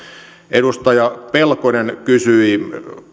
edustaja pelkonen kysyi